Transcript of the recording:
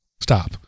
Stop